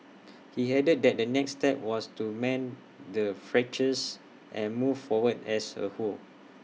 he added that the next step was to mend the fractures and move forward as A whole